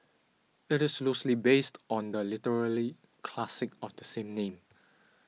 it is loosely based on the literary classic of the same name